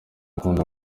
akunda